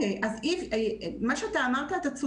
אתה צודק במה שאמרת.